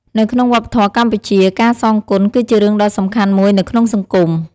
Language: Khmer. នៅក្នុងវប្បធម៌កម្ពុជា ការសងគុណគឺរឿងដ៏សំខាន់មួយនៅក្នុងសង្គម។